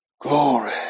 Glory